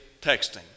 texting